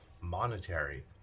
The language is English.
monetary